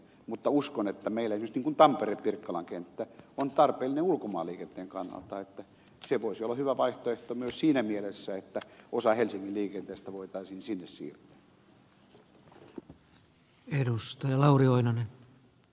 mutta uskon että meillä tietysti tampere pirkkalan kenttä on tarpeellinen ulkomaanliikenteen kannalta joten voisi olla hyvä vaihtoehto myös siinä mielessä että osa helsingin liikenteestä voitaisiin siirtää sinne